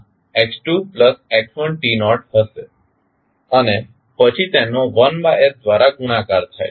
અને પછી તેનો 1s દ્વારા ગુણાકાર થાય છે